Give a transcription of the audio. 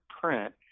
print